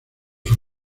sus